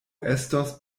estos